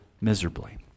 miserably